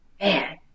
man